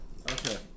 Okay